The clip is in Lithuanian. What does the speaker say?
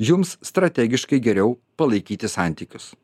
jums strategiškai geriau palaikyti santykius